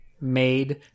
made